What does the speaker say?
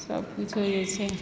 सब किछो जे छै